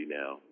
now